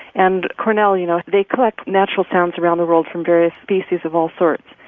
and cornell, you know, they collect natural sounds around the world from various species of all sorts,